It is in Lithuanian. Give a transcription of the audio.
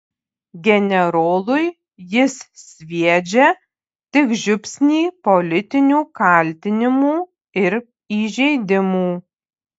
generolui jis sviedžia tik žiupsnį politinių kaltinimų ir įžeidimų